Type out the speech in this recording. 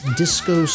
disco